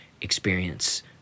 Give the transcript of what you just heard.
experience